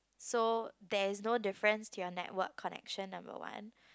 so there is no difference to your network connection number one